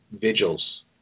vigils